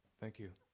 thank you.